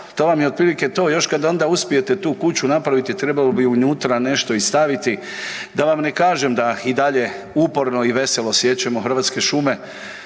to vam je otprilike to, još kad onda uspijete tu kuću napraviti, trebalo bi unutra nešto i staviti, da vam ne kažem da i dalje uporno i veselo siječemo hrvatske šume,